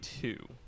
two